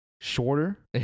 shorter